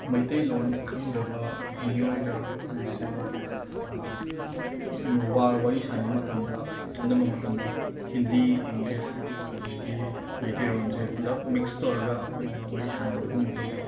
ꯃꯩꯇꯩꯂꯣꯟ ꯈꯪꯗꯕ ꯃꯤꯑꯣꯏꯒ ꯑꯩꯈꯣꯏꯁꯦ ꯋꯥ ꯋꯥꯔꯤ ꯁꯥꯟꯅꯕ ꯃꯇꯝꯗ ꯑꯅꯝꯕ ꯃꯇꯝꯗ ꯍꯤ ꯍꯤꯟꯗꯤ ꯏꯪꯂꯤꯁ ꯑꯗꯒꯤ ꯃꯩꯇꯩꯔꯣꯟꯖꯦ ꯄꯨꯂꯞ ꯃꯤꯛꯁ ꯇꯧꯔꯒ ꯑꯩꯈꯣꯏꯅ ꯋꯥꯔꯤ ꯁꯥꯟꯅꯕꯒꯨꯝ ꯇꯧꯋꯤ